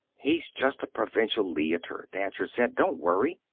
he's just a provincial leiter, thacher said. don't worry.